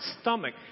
stomach